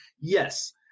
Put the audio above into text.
Yes